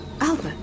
Albert